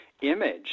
image